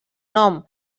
nom